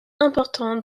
important